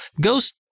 Ghost